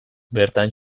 bertan